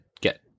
get